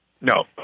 No